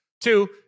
Two